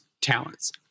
talents